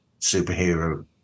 superhero